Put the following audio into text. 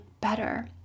better